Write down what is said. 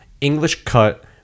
English-cut